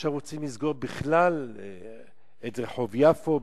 עכשיו רוצים לסגור בכלל את רחוב יפו,